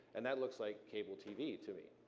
and that looks like cable tv to me.